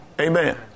Amen